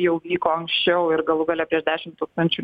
jau vyko anksčiau ir galų gale prieš dešim tūkstančių